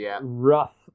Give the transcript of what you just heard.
rough